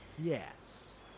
Yes